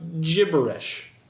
gibberish